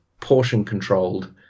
portion-controlled